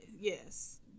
Yes